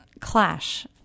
clash